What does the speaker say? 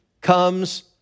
comes